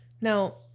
Now